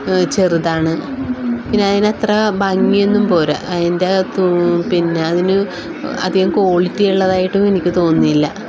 ചെറുതാണ് പിന്നെ അതിനത്ര ഭംഗിയൊന്നും പോരാ അതിൻ്റെ തൂ പിന്നെ അതിന് അധികം കോളിറ്റിയുള്ളതായിട്ടും എനിക്ക് തോന്നിയില്ല